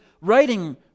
writing